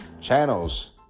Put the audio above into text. channels